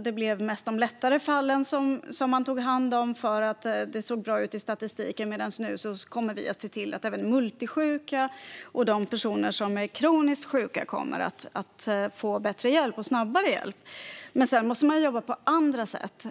Man tog mest hand om de lättare fallen då det såg bra ut i statistiken. Nu kommer vi att se till att även multisjuka och kroniskt sjuka personer får bättre och snabbare hjälp. Man måste också jobba på andra sätt.